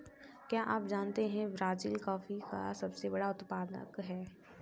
क्या आप जानते है ब्राज़ील कॉफ़ी का सबसे बड़ा उत्पादक है